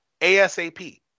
ASAP